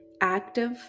active